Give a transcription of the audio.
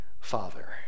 father